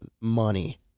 money